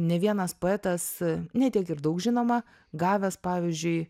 ne vienas poetas ne tiek ir daug žinoma gavęs pavyzdžiui